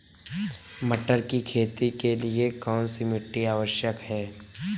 मटर की खेती के लिए कौन सी मिट्टी आवश्यक है?